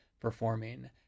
performing